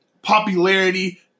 popularity